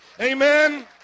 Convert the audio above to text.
Amen